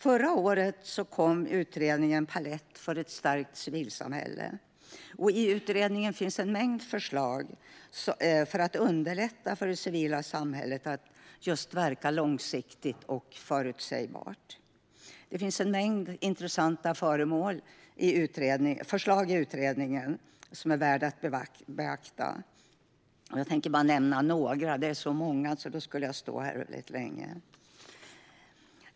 Förra året kom utredningen Palett för ett stärkt civilsamhälle , och i utredningen finns en mängd förslag för att underlätta för det civila samhället att verka långsiktigt och förutsägbart. Det finns en mängd intressanta förslag i utredningen som är värda att beakta, och jag tänker nämna några av dem - det är så många, så skulle jag nämna alla skulle jag stå här väldigt länge.